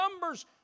numbers